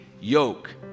yoke